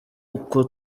uko